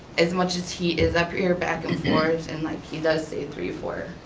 as much as he is up here back and forth, and like he does stay three or four,